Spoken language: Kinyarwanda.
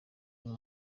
uyu